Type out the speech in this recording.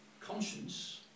Conscience